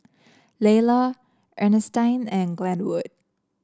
Laylah Earnestine and Glenwood